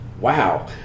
Wow